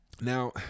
now